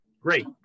Great